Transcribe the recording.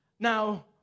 Now